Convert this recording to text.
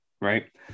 right